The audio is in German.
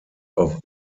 auf